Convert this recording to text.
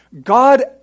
God